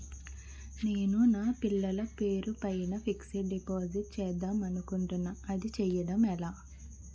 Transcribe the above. నేను నా పిల్లల పేరు పైన ఫిక్సడ్ డిపాజిట్ చేద్దాం అనుకుంటున్నా అది చేయడం ఎలా?